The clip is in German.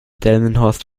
delmenhorst